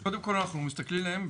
אז קודם כל אנחנו מסתכלים עליהם,